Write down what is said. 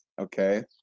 Okay